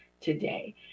today